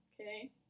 okay